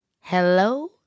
Hello